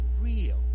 real